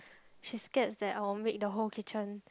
she scares that I will make the whole kitchen